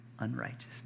Unrighteousness